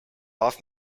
off